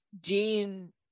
Dean